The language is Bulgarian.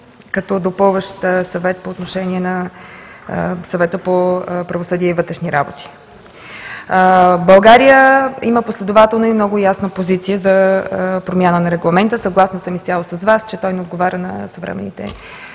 по отношение Съвета по правосъдие и вътрешни работи. България има последователна и много ясна позиция за промяна на Регламента. Съгласна съм изцяло с Вас, че той не отговаря на съвременните